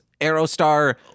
Aerostar